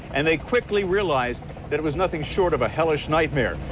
and they quickly realized it it was nothing short of a hellish nightmare.